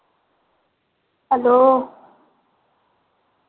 hello